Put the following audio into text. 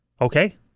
okay